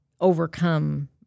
overcome